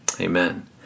Amen